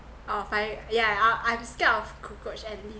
oh fire yeah uh I'm scared of cockroach and